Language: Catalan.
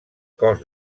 cos